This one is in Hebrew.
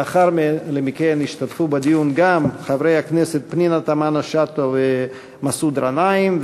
לאחר מכן ישתתפו בדיון גם חברי הכנסת פנינה תמנו-שטה ומסעוד גנאים,